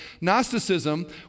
gnosticism